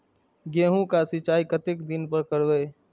गेहूं का सीचाई कतेक दिन पर करबे?